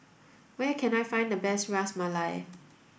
where can I find the best Ras Malai